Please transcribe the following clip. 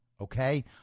Okay